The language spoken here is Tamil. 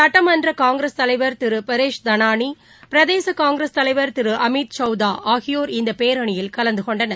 சட்டமன்றகாங்கிரஸ் தலைவர் திரு பரேஷ் தனானி பிரதேசகாங்கிரஸ் தலைவர் திருஅமித் சௌதாஆகியோர் இந்தபேரணியில் கலந்துகொண்டனர்